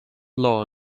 law